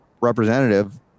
representative –